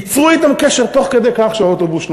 ייצרו אתם קשר תוך כדי כך שהאוטובוס נוסע.